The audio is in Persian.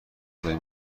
دارین